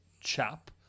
chap